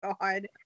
God